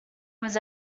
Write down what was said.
was